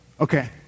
Okay